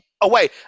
away